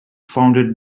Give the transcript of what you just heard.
founded